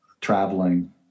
traveling